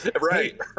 Right